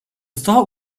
thought